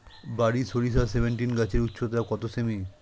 বারি সরিষা সেভেনটিন গাছের উচ্চতা কত সেমি?